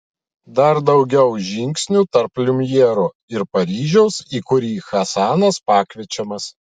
dar daugiau žingsnių tarp liumjero ir paryžiaus į kurį hasanas pakviečiamas